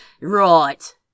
Right